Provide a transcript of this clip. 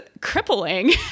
Crippling